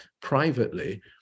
privately